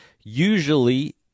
usually